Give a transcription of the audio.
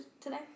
today